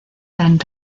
tan